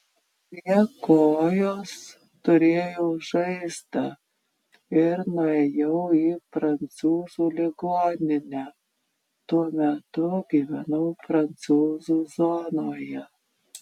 prie kojos turėjau žaizdą ir nuėjau į prancūzų ligoninę tuo metu gyvenau prancūzų zonoje